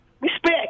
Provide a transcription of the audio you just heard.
respect